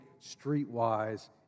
streetwise